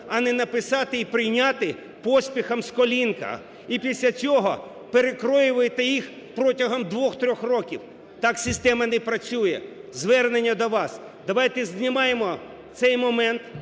а не написати і прийняти поспіхом з колінка і після цього перекроювати їх протягом 2-3 років. Так система не працює. Звернення до вас: давайте, знімаємо цей момент,